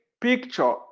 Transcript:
picture